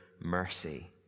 mercy